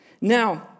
Now